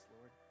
Lord